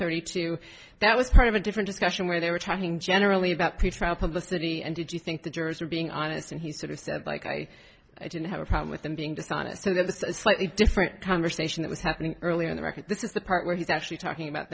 thirty two that was part of a different discussion where they were trying generally about pretrial publicity and did you think the jurors were being honest and he sort of said like i didn't have a problem with them being dishonest sort of a slightly different conversation that was happening earlier on the record this is the part where he's actually talking about